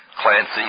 Clancy